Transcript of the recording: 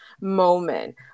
moment